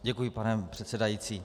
Děkuji, pane předsedající.